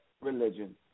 religion